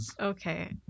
okay